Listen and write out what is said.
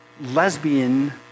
lesbian